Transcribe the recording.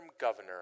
governor